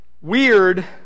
weird